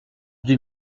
deux